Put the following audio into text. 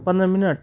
पन्ध्र मिनट